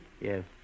Yes